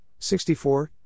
64